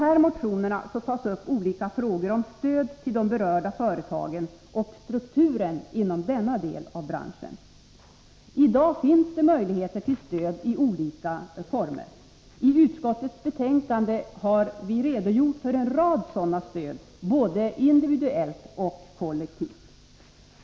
I de motionerna tar man upp olika frågor om stöd till de berörda företagen och strukturen inom denna del av branschen. I dag finns det möjligheter till stöd i olika former. I utskottsbetänkandet har vi redogjort för en rad sådana stöd, både individuella och kollektiva.